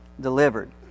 delivered